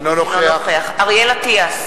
נגד דן מרידור,